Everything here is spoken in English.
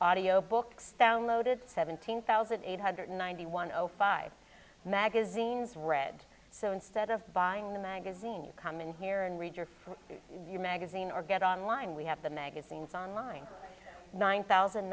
audio books downloaded seventeen thousand eight hundred ninety one zero five magazines read so instead of buying the magazine you come in here and read your for your magazine or get online we have the magazines on line nine thousand